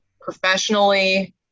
professionally